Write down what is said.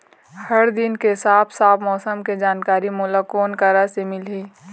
हर दिन के साफ साफ मौसम के जानकारी मोला कोन करा से मिलही?